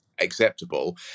acceptable